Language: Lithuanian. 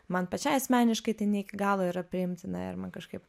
man pačiai asmeniškai tai ne iki galo yra priimtina ir man kažkaip